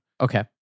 Okay